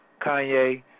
Kanye